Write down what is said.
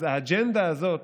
אז האג'נדה הזאת,